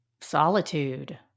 Solitude